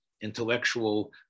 intellectual